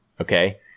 Okay